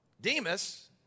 Demas